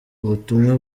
ubutumwa